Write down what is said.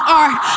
art